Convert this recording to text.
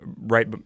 right